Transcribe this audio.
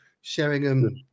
Sheringham